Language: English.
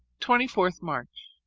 twenty fourth march,